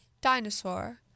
dinosaur